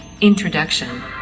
Introduction